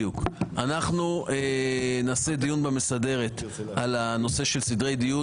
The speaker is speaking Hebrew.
אנחנו נעשה דיון במסדרת על הנושא של סדרי דיון,